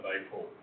April